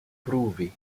pruvi